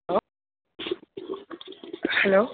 hello hello